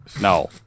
No